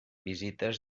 visites